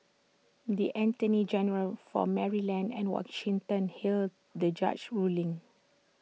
the attorneys general for Maryland and Washington hailed the judge's ruling